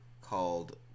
Called